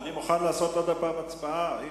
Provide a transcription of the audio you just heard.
אני מוכן לקיים עוד הפעם הצבעה.